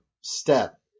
step